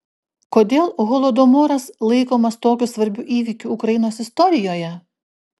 kodėl holodomoras laikomas tokiu svarbiu įvykiu ukrainos istorijoje